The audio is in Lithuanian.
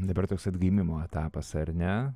dabar toks atgimimo etapas ar ne